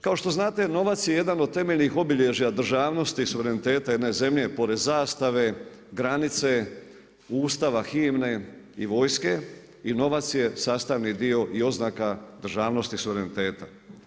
Kao što znate, novac je jedan od temeljnih obilježja državnosti, suvereniteta jedne zemlje pored zastave, granice, Ustava, himne i vojske i novac je sastavni dio i oznaka državnosti suvereniteta.